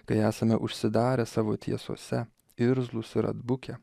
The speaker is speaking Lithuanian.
kai esame užsidarę savo tiesose irzlūs ir atbukę